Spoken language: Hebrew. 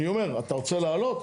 אני אומר אתה רוצה לעלות?